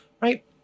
right